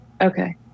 okay